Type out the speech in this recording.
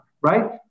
right